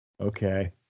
Okay